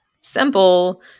simple